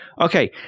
Okay